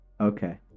Okay